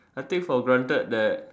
I take for granted that